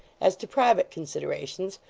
as to private considerations,